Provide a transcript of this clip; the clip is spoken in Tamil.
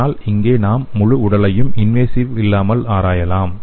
ஆனால் இங்கே நாம் முழு உடலையும் இன்வேசிவ் இல்லாமல் ஆராயலாம்